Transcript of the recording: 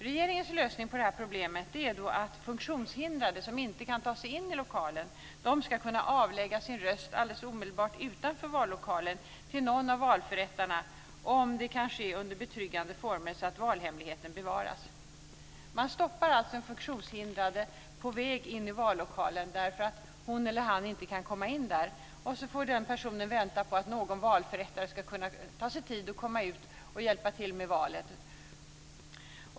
Regeringens lösning på problemet är att funktionshindrade som inte kan ta sig in i lokalen ska kunna avlägga sin röst omedelbart utanför vallokalen till någon av valförrättarna om det kan ske under betryggande former, så att valhemligheten bevaras. Man stoppar alltså en funktionshindrad på väg in i vallokalen därför att hon eller han inte kan komma in, och så får den personen vänta på att någon valförrättare tar sig tid att komma ut och hjälpa till med valet.